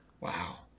Wow